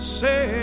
say